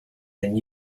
than